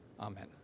Amen